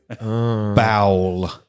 Bowel